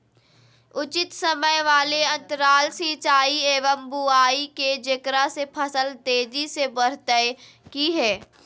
उचित समय वाले अंतराल सिंचाई एवं बुआई के जेकरा से फसल तेजी से बढ़तै कि हेय?